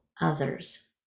others